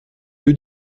eût